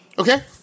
Okay